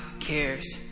Cares